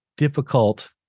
Difficult